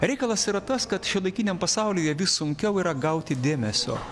reikalas yra tas kad šiuolaikiniam pasaulyje vis sunkiau yra gauti dėmesio